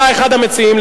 אתה אחד המציעים,